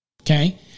Okay